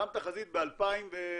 שם תחזית ב-2014,